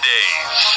Days